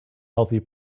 healthy